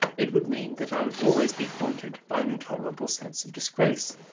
it would mean that i would always be haunted by an intolerable sense of disgrace,